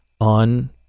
on